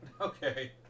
Okay